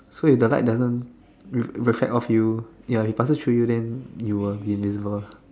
so if the light doesn't reflect off you ya it passes through you then you will be invisible